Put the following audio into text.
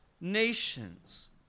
nations